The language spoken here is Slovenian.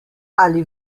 ali